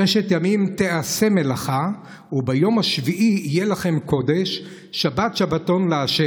ששת ימים תעשה מלאכה וביום השביעי יהיה לכם קדש שבת שבתון לה'